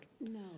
No